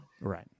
Right